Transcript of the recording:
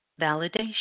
Validation